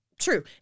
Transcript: true